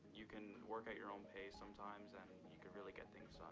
you can work at your own pace sometimes, and you could really get things so